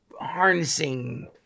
harnessing